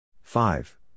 Five